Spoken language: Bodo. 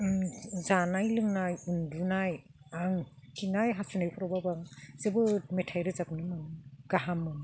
जानाय लोंनाय उनदुनाय आं खिनाय हासुनाय फ्रावबो आं जोबोद मेथाइ रोजाबनो आं गाहाम मोनो